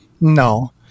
No